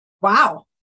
Wow